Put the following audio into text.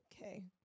Okay